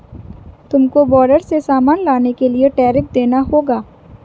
तुमको बॉर्डर से सामान लाने के लिए टैरिफ देना होगा